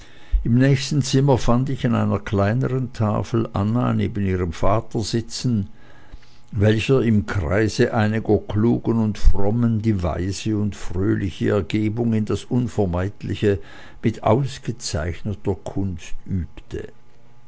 im nächsten zimmer fand ich an einer kleineren tafel anna neben ihrem vater sitzen welcher im kreise einiger klugen und frommen die weise und fröhliche ergebung in das unvermeidliche mit ausgezeichneter kunst übte